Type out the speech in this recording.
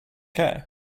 care